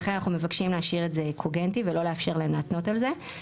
ולכן אנחנו מבקשים להשאיר את זה קוגנטי ולא לאפשר להם להתנות על זה.